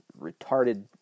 retarded